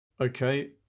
Okay